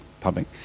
public